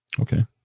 Okay